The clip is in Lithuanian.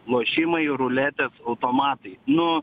lošimai ruletės automatai nu